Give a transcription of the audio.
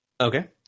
Okay